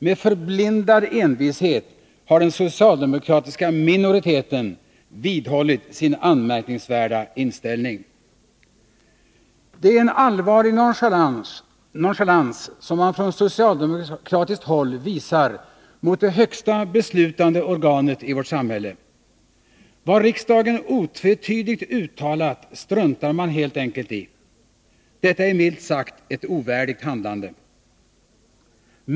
Med förblindad envishet har den socialdemokratiska minoriteten vidhållit sin anmärkningsvärda inställning. Det är en allvarlig nonchalans som man från socialdemokratiskt håll visar mot det högsta beslutande organet i vårt samhälle. Vad riksdagen otvetydigt uttalat struntar man helt enkelt i. Detta är milt sagt ett ovärdigt handlande.